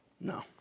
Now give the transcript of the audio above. No